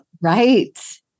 Right